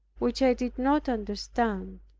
which i did not understand.